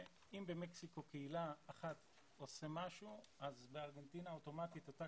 אם במקסיקו קהילה אחת עושה משהו אז בארגנטינה אוטומטית אותה